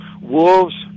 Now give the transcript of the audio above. wolves